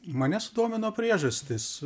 mane sudomino priežastys